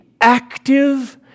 active